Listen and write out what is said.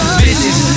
Bitches